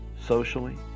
socially